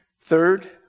Third